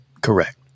Correct